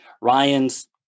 Ryan's